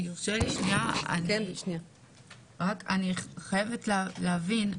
אני חייבת להבין.